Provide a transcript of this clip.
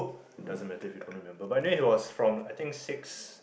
it doesn't matter if you don't remember but then he was from I think six